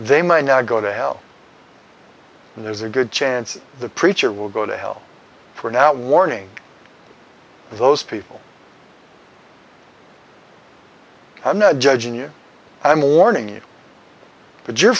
they might now go to hell and there's a good chance the preacher will go to hell for not warning those people i'm not judging you i'm warning you but you're